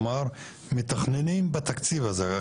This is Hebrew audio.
כלומר, מתכננים בתקציב הזה.